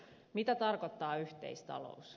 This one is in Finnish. mitä tarkoittaa yh teistalous